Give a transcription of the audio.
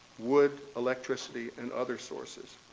wood, electricity, and other sources.